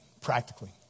practically